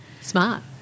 Smart